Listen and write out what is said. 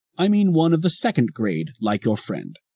i mean one of the second grade, like your friend.